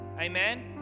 Amen